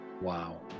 Wow